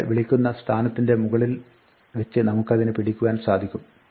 നമ്മളെ വിളിക്കുന്ന സ്ഥാനത്തിന്റെ മുകളിൽ വെച്ച് നമുക്ക് അതിനെ പിടിക്കുവാൻ സാധിക്കും